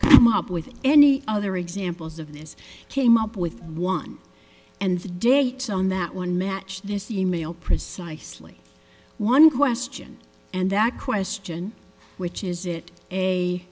come up with any other examples of this came up with one and the date on that one match this email precisely one question and that question which is it a